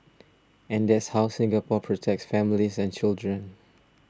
and that's how Singapore protects families and children